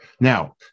Now